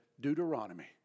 Deuteronomy